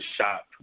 shop